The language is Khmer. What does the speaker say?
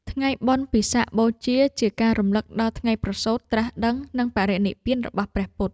បុណ្យពិសាខបូជា ជាការរំលឹកដល់ថ្ងៃប្រសូត្រ ត្រាស់ដឹង និងបរិនិព្វានរបស់ព្រះពុទ្ធ។